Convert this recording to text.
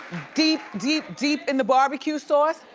deep, deep deep in the barbecue sauce,